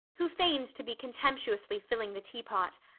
who feigned to be contemptuously filling the teapot,